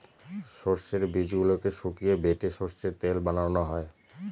সর্ষের বীজগুলোকে শুকিয়ে বেটে সর্ষের তেল বানানো হয়